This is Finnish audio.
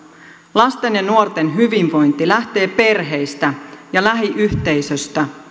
lasten ja nuorten hyvinvointi lähtee perheistä ja lähiyhteisöstä